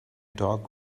dog